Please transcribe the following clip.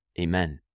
Amen